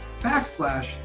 backslash